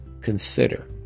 consider